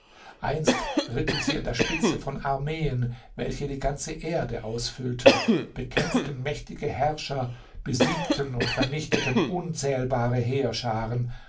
einst ritten sie an der spitze von armeen welche die ganze erde ausfüllten bekämpften mächtige herrscher besiegten und vernichteten unzählbare heerscharen